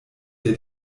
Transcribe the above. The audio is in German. der